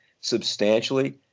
substantially